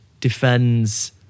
defends